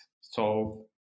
solve